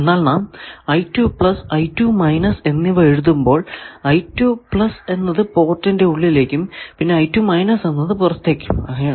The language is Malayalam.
എന്നാൽ നാം എന്നിവ എഴുതുമ്പോൾ എന്നത് പോർട്ടിന്റെ ഉള്ളിലേക്കും പിന്നെ എന്നത് പുറത്തേക്കുമായാണ്